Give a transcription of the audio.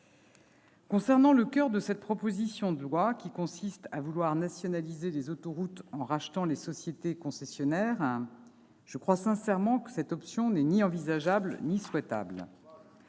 Concernant le coeur de cette proposition de loi- nationaliser les autoroutes en rachetant les sociétés concessionnaires -, je crois sincèrement que cette option n'est ni envisageable ni souhaitable.